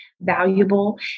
valuable